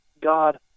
God